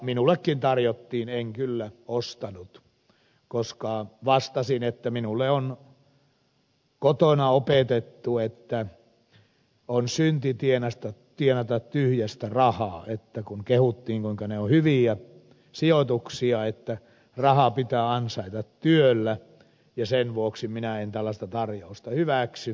minullekin tarjottiin en kyllä ostanut koska vastasin että minulle on kotona opetettu että on synti tienata tyhjästä rahaa kun kehuttiin kuinka ne ovat hyviä sijoituksia että raha pitää ansaita työllä ja sen vuoksi minä en tällaista tarjousta hyväksy